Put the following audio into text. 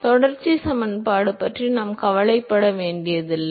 எனவே தொடர்ச்சி சமன்பாடு பற்றி நாம் கவலைப்பட வேண்டியதில்லை